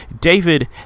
David